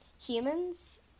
humans